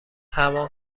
همان